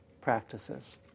practices